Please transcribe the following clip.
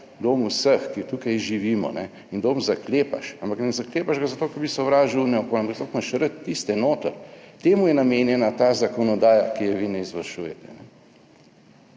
dom vseh, ki tukaj živimo in dom zaklepaš, ampak ne zaklepaš ga zato, ker bi sovražil / nerazumljivo/, ampak zato, ker imaš rad tiste noter. Temu je namenjena ta zakonodaja, ki je vi ne izvršujete.